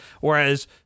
Whereas